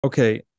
Okay